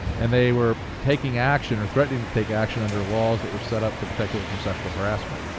and they were taking action or threatening to take action under laws that were setup to protect people from sexual harassment.